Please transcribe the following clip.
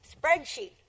spreadsheet